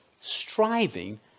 striving